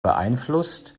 beeinflusst